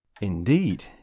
Indeed